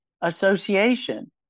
Association